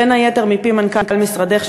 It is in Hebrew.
בין היתר מפי מנכ"ל משרדך,